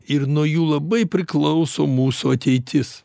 ir nuo jų labai priklauso mūsų ateitis